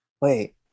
Wait